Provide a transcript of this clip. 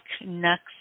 next